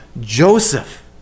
Joseph